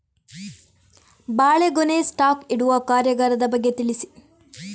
ಬಾಳೆಗೊನೆ ಸ್ಟಾಕ್ ಇಡುವ ಕಾರ್ಯಗಾರದ ಬಗ್ಗೆ ತಿಳಿಸಿ